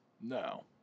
No